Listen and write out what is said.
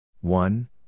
One